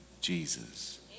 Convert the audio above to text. Jesus